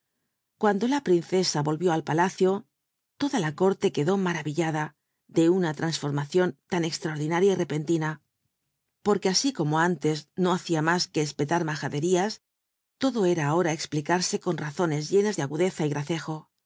cuando la princesa roh ió al palacio lo la la ccí le quedó mar illada de una lra rormadon lan e aonlinaria y repentina porque así como itnles no hacía más que espelar majaderías lodo era ahora c'plicarse con razones llenas do agudeza y grar